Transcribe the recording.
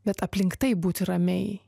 bet aplink taip būti ramiai